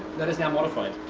that is now modified.